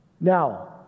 Now